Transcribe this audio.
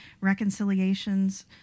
reconciliations